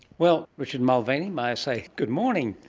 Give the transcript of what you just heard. well, richard mulvaney, may i say good morning!